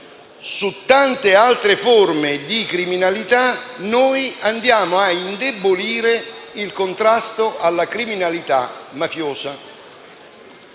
per tante altre forme di criminalità, andiamo a indebolire il contrasto alla criminalità mafiosa